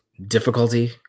difficulty